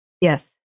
Yes